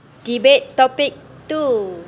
debate topic two